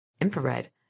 Infrared